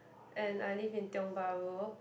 and I live in Tiong-Bahru